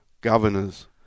Governors